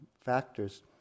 factors